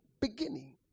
beginning